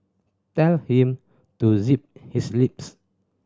tell him to zip his lips